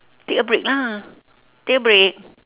take a break lah take a break